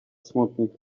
smutnych